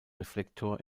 reflektor